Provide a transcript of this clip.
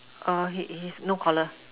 orh he he is no collar